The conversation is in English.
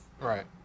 Right